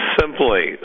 simply